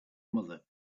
mother